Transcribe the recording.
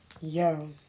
Yo